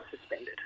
suspended